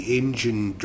engine